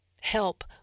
Help